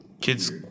Kids